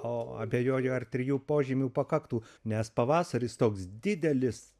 o abejoju ar trijų požymių pakaktų nes pavasaris toks didelis